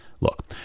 Look